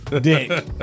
Dick